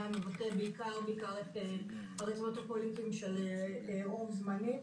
מבטא בעיקר את הרצונות הפוליטיים של רוב זמני.